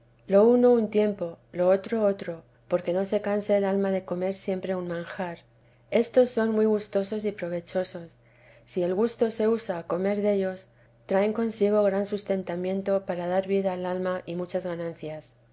lo uno un tiempo lo otro otro porque no se canse el alma de comer siempre un manjar estos son muy gustosos y provechosos si el gusto se usa a comer dellos traen consigo gran sustentamiento para dar vida al alma y muchas ganancias